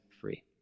free